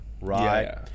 right